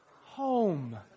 home